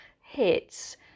hits